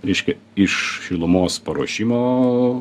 reiškia iš šilumos paruošimo